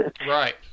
Right